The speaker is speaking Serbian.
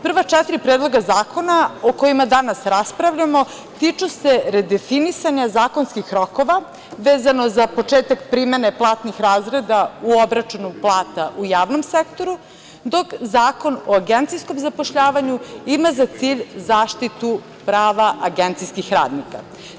Prva četiri predloga zakona o kojima danas raspravljamo tiču se redefinisanja zakonskih rokova, vezano za početak primene platnih razreda u obračunu plata u javnom sektoru, dok Zakon o agencijskom zapošljavanju ima za cilj zaštitu prava agencijskih radnika.